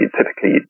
typically